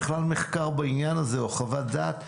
אם יש בכלל מחקר בעניין הזה או חוות דעת,